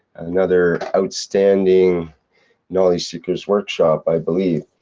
another outstanding knowledge seekers workshop, i believe.